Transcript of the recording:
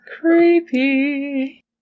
Creepy